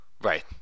Right